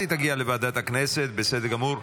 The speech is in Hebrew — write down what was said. אז היא תגיע לוועדת הכנסת, בסדר גמור.